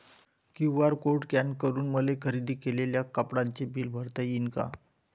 QR code scan करून मले खरेदी केलेल्या कापडाचे बिल भरता यीन का?